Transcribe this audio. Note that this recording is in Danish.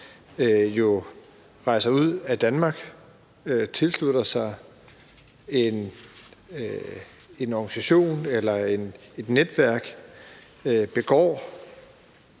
som rejser ud af Danmark, tilslutter sig en organisation eller et netværk, begår